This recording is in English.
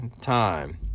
time